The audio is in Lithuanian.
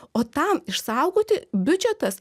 o tam išsaugoti biudžetas